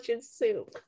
soup